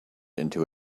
into